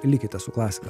likite su klasika